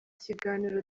kiganiro